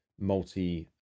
multi-